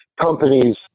companies